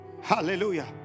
hallelujah